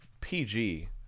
PG